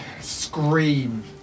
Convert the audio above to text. scream